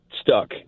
stuck